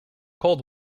cold